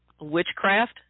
witchcraft